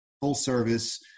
full-service